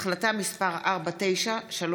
החלטה מס' 4939,